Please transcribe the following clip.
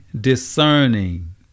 discerning